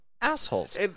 Assholes